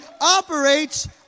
operates